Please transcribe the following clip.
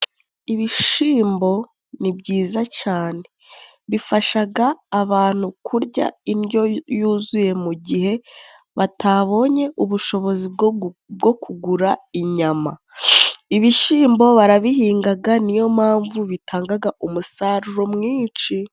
Ibishimbo ni byiza cyane bifashaga abantu kurya indyo yuzuye mu gihe batabonye ubushobozi bwo kugura inyama. Ibishimbo barabihingaga niyo mpamvu bitangaga umusaruro mwinshi.